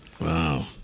Wow